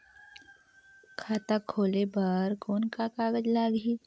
खाता खोले बर कौन का कागज लगही?